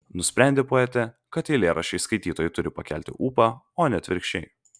nusprendė poetė kad eilėraščiai skaitytojui turi pakelti ūpą o ne atvirkščiai